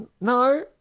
no